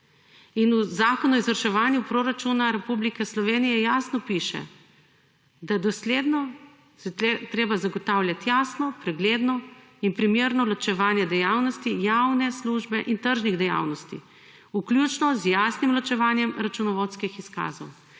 In v zakonu o izvrševanju proračuna Republike Slovenije jasno piše, da dosledno je treba zagotavljati jasno, pregledno in primerno ločevanje dejavnosti javne službe in tržnih dejavnosti, vključno z jasnim ločevanjem računovodskih izkazov.